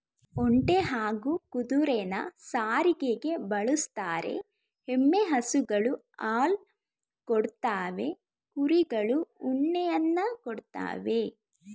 ಒಂಟೆ ಹಾಗೂ ಕುದುರೆನ ಸಾರಿಗೆಗೆ ಬಳುಸ್ತರೆ, ಎಮ್ಮೆ ಹಸುಗಳು ಹಾಲ್ ಕೊಡ್ತವೆ ಕುರಿಗಳು ಉಣ್ಣೆಯನ್ನ ಕೊಡ್ತವೇ